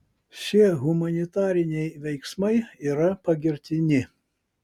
šie humanitariniai veiksmai yra pagirtini